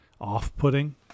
off-putting